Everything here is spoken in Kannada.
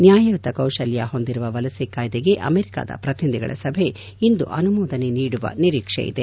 ನ್ಯಾಯಯುತ ಕೌಶಲ್ಯ ಹೊಂದಿರುವ ವಲಸೆ ಕಾಯ್ದೆಗೆ ಅಮೆರಿಕಾದ ಪ್ರತಿನಿಧಿಗಳ ಸಭೆ ಇಂದು ಅನುಮೋದನೆ ನೀಡುವ ನಿರೀಕ್ಷೆ ಇದೆ